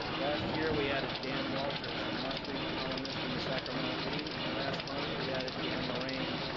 last year, we added dan walters, a must-read columnist from the sacramento bee and last month, we added dan morain,